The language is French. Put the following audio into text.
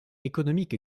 économique